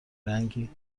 رنگی